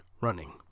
running